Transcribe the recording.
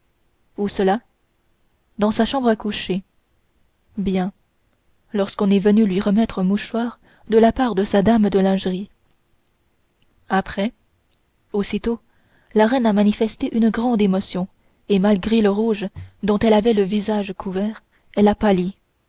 où cela dans sa chambre à coucher bien lorsqu'on est venu lui remettre un mouchoir de la part de sa dame de lingerie après aussitôt la reine a manifesté une grande émotion et malgré le rouge dont elle avait le visage couvert elle a